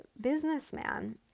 businessman